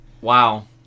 Wow